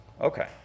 okay